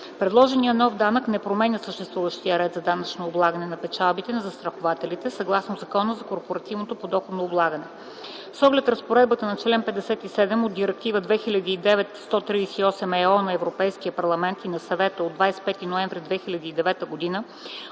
Предложеният нов данък не променя съществуващия ред за данъчно облагане на печалбата на застрахователите съгласно Закона за корпоративното подоходно облагане. С оглед разпоредбата на чл. 157 от Директива № 2009/138/ЕО на Европейския парламент и на Съвета от 25 ноември 2009 г.